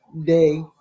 day